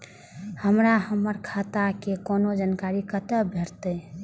हमरा हमर खाता के कोनो जानकारी कतै भेटतै?